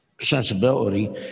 sensibility